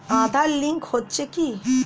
Aadhaar link হচ্ছে কি?